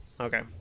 Okay